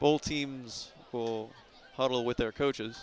bowl teams will huddle with their coaches